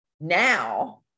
now-